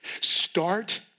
Start